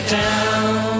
down